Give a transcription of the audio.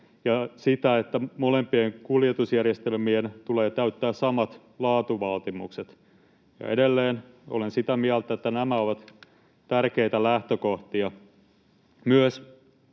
ja sen, että molempien kuljetusjärjestelmien tulee täyttää samat laatuvaatimukset. Edelleen olen sitä mieltä, että nämä ovat tärkeitä lähtökohtia.